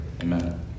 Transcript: Amen